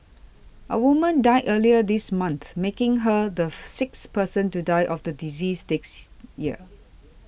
a woman died earlier this month making her the sixth person to die of the disease this year